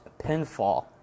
pinfall